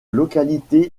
localité